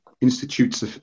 institutes